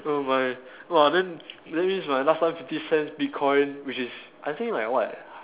so my !wah! then that means last time my fifty cents bitcoin which is I think like what